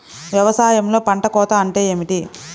వ్యవసాయంలో పంట కోత అంటే ఏమిటి?